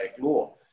law